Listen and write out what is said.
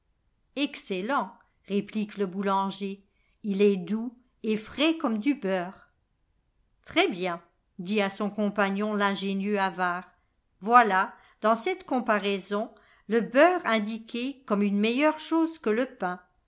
excellent réplique le boulanger il est doux et frais comme du beurre très-bien dit à son compagnon l'ingénieux avare voilà dans cette comparaison le beurre indiqué comme une meilleure chose que le pain